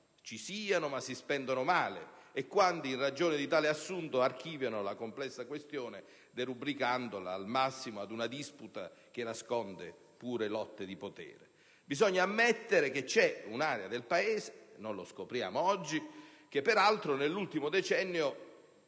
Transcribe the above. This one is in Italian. ci sono, ma si spendono male e quanti, in ragione di tale assunto, archiviano la complessa questione derubricandola al massimo ad una disputa che nasconde pure lotte di potere. Bisogna ammettere che c'è un'area del Paese - non lo scopriamo oggi - che, peraltro nell'ultimo decennio,